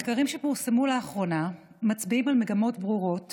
מחקרים שפורסמו לאחרונה מצביעים על מגמות ברורות